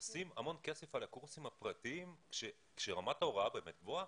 עושים המון כסף על הקורסים הפרטיים כשרמת ההוראה באמת גבוהה.